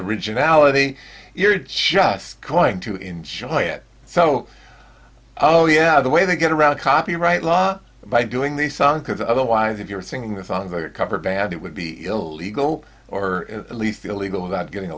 originality you're just going to enjoy it so oh yeah the way they get around copyright law by doing the song because otherwise if you're singing the song of a cover band it would be illegal or at least illegal without getting